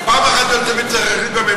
פעם אחת ולתמיד בממשלה,